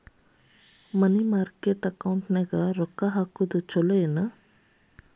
ಮನಿ market ಅಕೌಂಟಿನ್ಯಾಗ ರೊಕ್ಕ ಹಾಕುದು ಚುಲೊ ಏನು